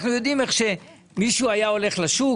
אנחנו יודעים איך מישהו היה הולך לשוק